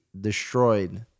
destroyed